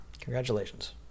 Congratulations